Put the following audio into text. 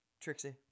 Trixie